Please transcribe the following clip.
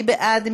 מי בעד?